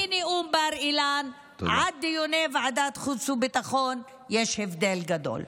בין נאום בר-אילן לדיוני ועדת חוץ וביטחון יש הבדל גדול.